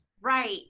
right